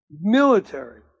military